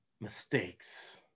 mistakes